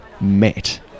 met